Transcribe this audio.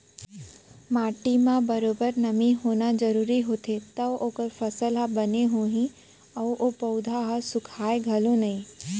माटी म बरोबर नमी होना जरूरी होथे तव ओकर फसल ह बने होही अउ ओ पउधा ह सुखाय घलौ नई